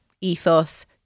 ethos